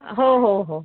हा हो हो हो